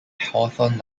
hawthorn